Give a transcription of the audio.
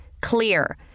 Clear